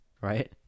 right